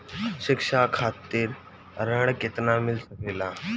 शिक्षा खातिर ऋण केतना मिल सकेला?